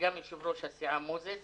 וגם יושב-ראש הסיעה מוזס